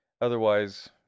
Otherwise